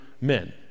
men